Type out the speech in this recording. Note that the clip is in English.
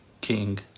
king